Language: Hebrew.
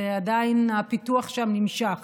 ועדיין הפיתוח שם נמשך.